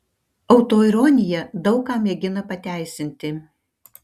autoironija daug ką mėgina pateisinti